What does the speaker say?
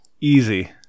Easy